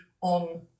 on